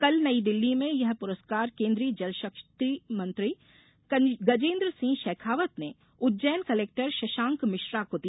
कल नई दिल्ली में यह पुरस्कार केन्द्रीय जल शक्ति मंत्री गजेन्द्र सिंह शेखावत ने उज्जैन कलेक्टर शशांक मिश्रा को दिया